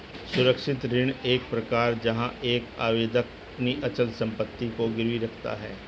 सुरक्षित ऋण एक प्रकार है जहां एक आवेदक अपनी अचल संपत्ति को गिरवी रखता है